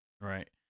right